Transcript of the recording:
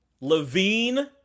Levine